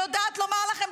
הושאר חבל.